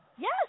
Yes